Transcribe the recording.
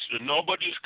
Nobody's